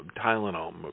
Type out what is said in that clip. Tylenol